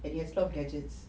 and he has lots of gadgets